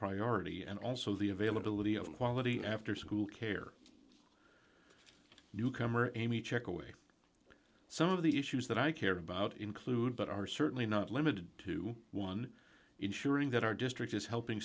priority and also the availability of quality after school care newcomer amy check away some of the issues that i care about include but are certainly not limited to one ensuring that our district is helping